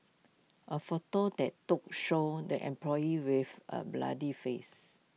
A photo that took shows the employee with A bloodied face